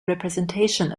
representation